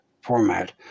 format